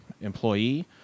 employee